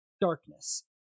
Darkness